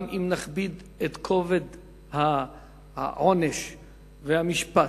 גם אם נכביד את העונש והמשפט,